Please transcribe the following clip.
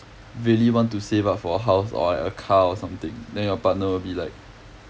really want to save up for a house or like a car or something then your partner will be like